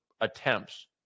attempts